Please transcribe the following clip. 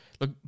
look